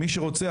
מי שרוצה.